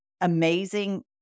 amazing